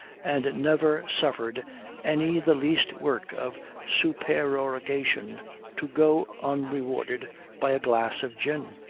and never suffered any the least work of supererogation to go unrewarded by a glass of gin.